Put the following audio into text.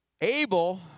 Abel